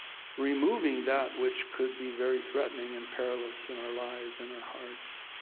removing that which could be very threatening and perilous in our lives in our hearts.